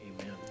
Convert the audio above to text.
amen